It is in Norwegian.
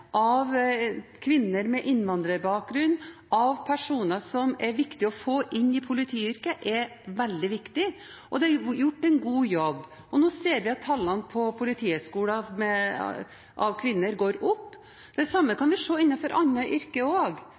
av kvinner med innvandrerbakgrunn, av personer som er viktige å få inn i politiyrket, er veldig viktig, og det er gjort en god jobb. Nå ser vi at antall kvinner på Politihøgskolen øker, og det samme kan vi